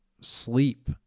sleep